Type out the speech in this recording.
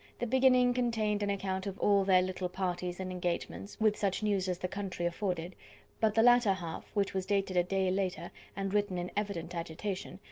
the beginning contained an account of all their little parties and engagements, with such news as the country afforded but the latter half, which was dated day later, and written in evident agitation,